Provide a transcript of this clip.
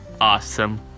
awesome